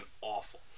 awful